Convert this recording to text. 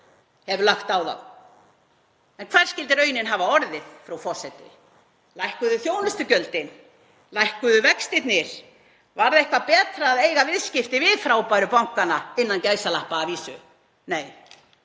hafa lagt á það. En hver skyldi raunin hafa orðið, frú forseti? Lækkuðu þjónustugjöldin? Lækkuðu vextirnir? Varð eitthvað betra að eiga viðskipti við frábæru bankana, innan gæsalappa að vísu? Nei,